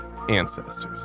Ancestors